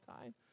time